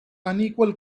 unequal